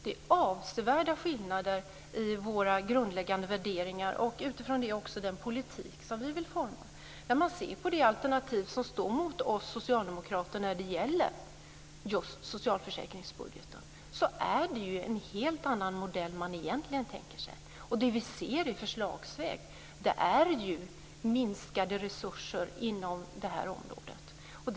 Det är avsevärda skillnader i våra grundläggande värderingar, och utifrån det också i den politik som vi vill forma. När vi ser på det alternativ som står mot oss socialdemokrater när det gäller just socialförsäkringsbudgeten så är det ju en helt annan modell man egentligen tänker sig. Och det vi ser i förslagsväg är ju minskade resurser inom det här området.